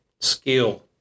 skill